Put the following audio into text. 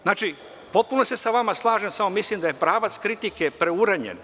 Znači, potpuno se sa vama slažem, samo mislim da je pravac kritike preuranjen.